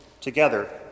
together